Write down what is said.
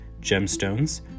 gemstones